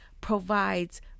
provides